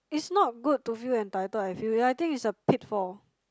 is not good to feel entitled I feel yeah I think it's a pitfall